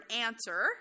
answer